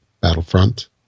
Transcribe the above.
Battlefront